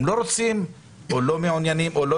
הם לא רוצים או לא מעוניינים או לא